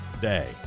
day